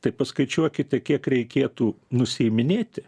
tai paskaičiuokite kiek reikėtų nusiiminėti